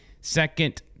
second